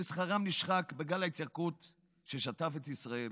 ששכרם נשחק בגל ההתייקרות ששטף את ישראל,